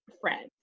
friends